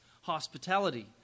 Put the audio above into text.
hospitality